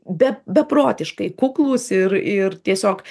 be beprotiškai kuklūs ir ir tiesiog